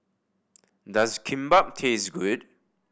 does Kimbap taste good